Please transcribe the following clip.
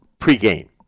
pregame